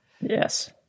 Yes